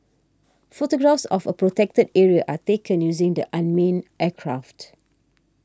photographs of a Protected Area are taken using the unmanned aircraft